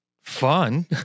fun